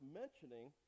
mentioning